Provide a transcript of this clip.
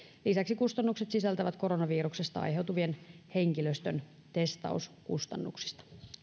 lisäksi kustannukset sisältävät koronaviruksesta aiheutuvia henkilöstön testauskustannuksia